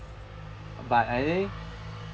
but I think